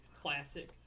classic